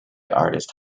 artist